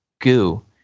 goo